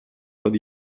под